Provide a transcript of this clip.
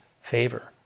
favor